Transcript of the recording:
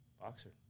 boxer